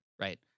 right